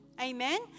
Amen